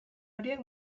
horiek